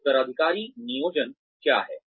उत्तराधिकारी नियोजन क्या है